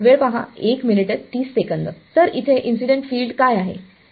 तर इथं incident field काय आहे